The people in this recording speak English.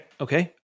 okay